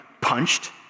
punched